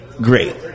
Great